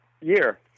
year